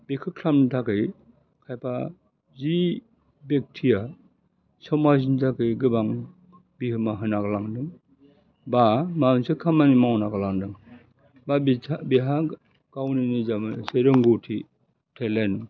बेखौ खालामनो थाखै खायफा जि ब्यक्तिआ समाजनि थाखै गोबां बिहोमा होना गालांदों बा माबा मोनसे खामानि मावना गालांदों बा बिथि बिहा गावनि निजा मोनसे रोंगौथि टेलेन्ट